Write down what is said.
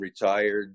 retired